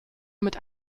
mit